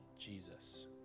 Jesus